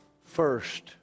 first